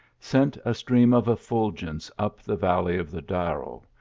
sent a stream of effulgence up the valley of the darro,